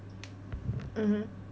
mmhmm